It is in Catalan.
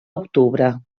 octubre